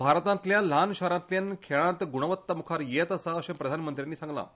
भारतांतल्या ल्हान शारांतल्यान खेळांत गुणवत्ता मुखार येत आसा अशें प्रधानमंत्र्यांनी सांगलें